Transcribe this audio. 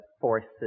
forces